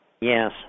Yes